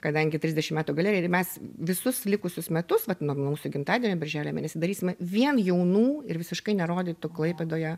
kadangi trisdešim metų galerijai ir mes visus likusius metus vat nuo mūsų gimtadienio birželio mėnesį darysime vien jaunų ir visiškai nerodytų klaipėdoje